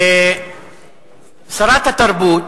שרת התרבות